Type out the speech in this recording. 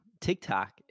TikTok